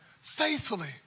faithfully